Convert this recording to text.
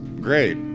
Great